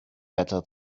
better